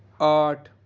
آٹھ